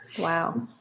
Wow